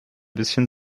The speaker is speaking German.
bisschen